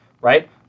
Right